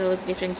ya